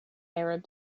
arab